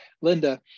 Linda